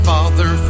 Father